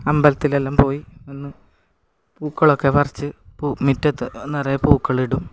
അമ്പലത്തിലെല്ലാം പോയി ഒന്ന് പൂക്കളമൊക്കെ പറിച്ച് പൂ മുറ്റത്ത് നിറയെ പൂക്കളിടും